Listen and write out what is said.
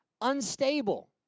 unstable